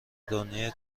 دنیای